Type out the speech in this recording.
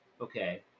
Okay